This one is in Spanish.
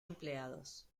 empleados